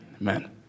Amen